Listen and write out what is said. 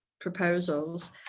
proposals